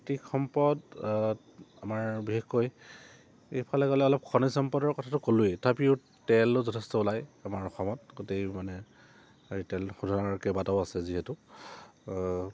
প্ৰাকৃতিক সম্পদ আমাৰ বিশেষকৈ এইফালে গ'লে অলপ খনিজ সম্পদৰ কথাটো ক'লোৱেই তাৰপিছত তেল যথেষ্ট ওলায় আমাৰ অসমত গোটেই মানে তেল শোধনাগাৰ কেইবাটাও আছে যিহেতু